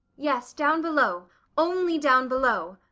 yes, down below only down below.